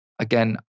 Again